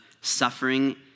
suffering